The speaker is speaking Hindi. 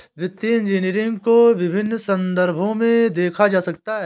वित्तीय इंजीनियरिंग को विभिन्न संदर्भों में देखा जा सकता है